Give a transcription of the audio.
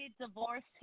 divorced